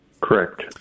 Correct